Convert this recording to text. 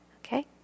Okay